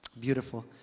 Beautiful